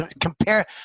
compare